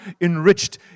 enriched